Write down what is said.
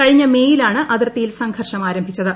കഴിഞ്ഞ മെയിലാണ് അതിർത്തിയിൽ സംഘർഷം ആരംഭിച്ചത്